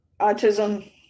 autism